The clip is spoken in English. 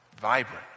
vibrant